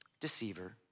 Deceiver